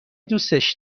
دوستش